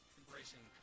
embracing